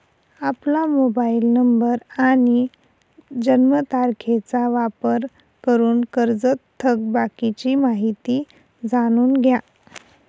आपला mobile number आणि जन्मतारखेचा वापर करून कर्जत थकबाकीची माहिती जाणून घ्या